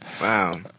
Wow